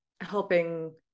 helping